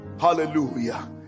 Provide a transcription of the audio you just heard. Hallelujah